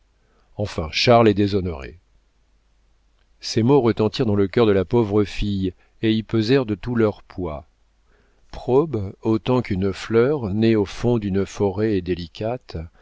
enfin charles est déshonoré ces mots retentirent dans le cœur de la pauvre fille et y pesèrent de tout leur poids probe autant qu'une fleur née au fond d'une forêt est délicate